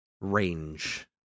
Range